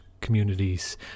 communities